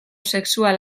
sexual